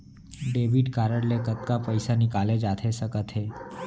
Debit card ले कतका पइसा निकाले जाथे सकत हे?